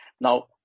Now